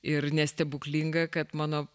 ir nestebuklinga kad mano